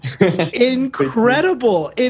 Incredible